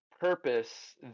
purpose